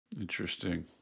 Interesting